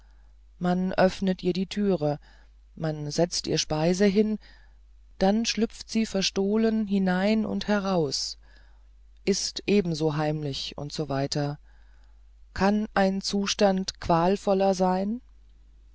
man öffnet ihr die türe man setzt ihr speisen hin dann schlüpft sie verstohlen hinein und heraus ißt ebenso heimlich u s w kann ein zustand qualvoller sein